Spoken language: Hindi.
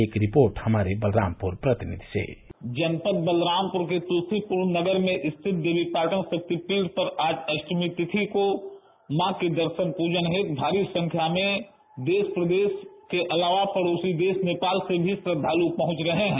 एक रिपोर्ट हमारे बलरामपुर प्रतिनिधि से जनपद बलरामपुर के तुलसीपुर नगर में स्थित देवीपाटन शक्तिपीठ पर आज अप्टमी तिथि को मॉ के दर्शन पूजन हेतु भारी संख्या में देश व प्रदेश के अलावा पड़ोसी देश नेपाल से भी श्रद्वाल पहुंच रहे हैं